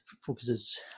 focuses